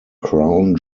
crown